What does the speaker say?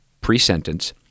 pre-sentence